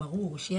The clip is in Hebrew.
שיהיה ברור.